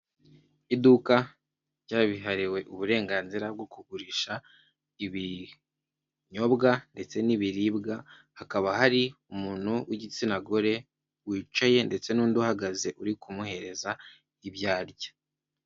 Iduka ryabiherewe uburenganzira bwo kugurisha ibinyobwa ndetse n'ibiribwa hakaba hari umuntu w'igitsina gore wicaye ndetse n'undi uhagaze uri kumuhereza ibyo arya.